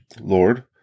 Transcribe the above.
Lord